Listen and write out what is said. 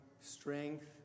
strength